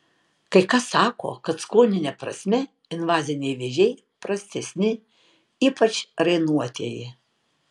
kai kas sako kad skonine prasme invaziniai vėžiai prastesni ypač rainuotieji